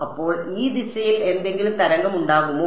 അപ്പോൾ ഈ ദിശയിൽ എന്തെങ്കിലും തരംഗമുണ്ടാകുമോ